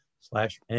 slash